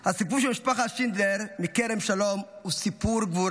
הסיפור של משפחת שינדלר מכרם שלום הוא סיפור גבורה.